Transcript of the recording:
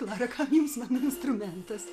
klara kam jums mano instrumentas